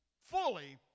fully